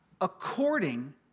according